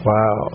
Wow